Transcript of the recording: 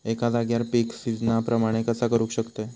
एका जाग्यार पीक सिजना प्रमाणे कसा करुक शकतय?